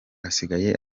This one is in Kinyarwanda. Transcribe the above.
asigaye